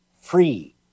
free